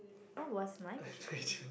what was my question to you